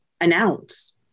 announce